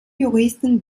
juristen